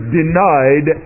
denied